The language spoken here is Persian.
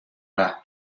رحم